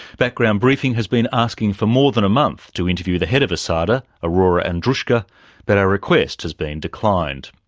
background briefing has been asking for more than a month to interview the head of asada, aurora andruska, but our request has been declined.